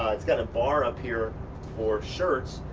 it's got a bar up here for shirts.